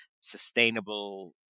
sustainable